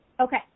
okay